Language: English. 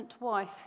wife